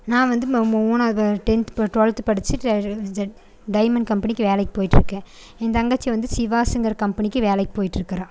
நான் வந்து மூணாவது டென்த் டுவெல்த்து படிச்சு டைமண்ட் கம்பெனிக்கு வேலைக்கு போயிட்டிருக்கேன் என் தங்கச்சி வந்து சிவாஸுங்கிற கம்பெனிக்கு வேலைக்கு போயிட்ருக்குறாள்